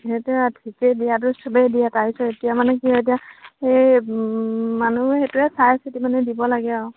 সেইটোৱে ঠিকেই দিয়াটো চবেই দিয়ে তাৰছত এতিয়া মানে কি এতিয়া সেই মানুহ সেইটোৱে চাই চিতি মানে দিব লাগে আৰু